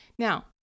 Now